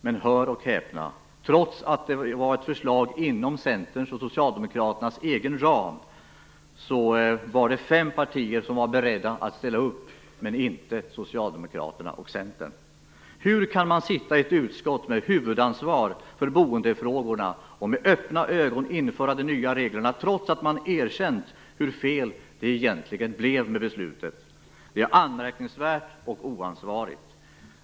Men hör och häpna: Det var ett förslag inom Socialdemokraternas och Centerns egen budgetram, och fem partier var beredda att ställa upp - men inte Socialdemokraterna och Centern! Hur kan man sitta i ett utskott med huvudansvar för boendefrågorna och med öppna ögon införa de nya reglerna, trots att man erkänt hur fel beslutet egentligen blev? Det är anmärkningsvärt och oansvarigt.